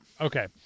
Okay